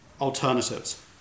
alternatives